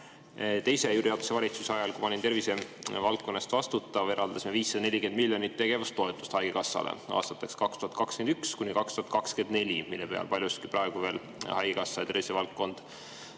Ratase teise valitsuse ajal, kui mina olin tervisevaldkonna eest vastutav, eraldasime 540 miljonit tegevustoetust haigekassale aastateks 2021–2024, mille peal paljuski praegu veel haigekassa ja tervisevaldkond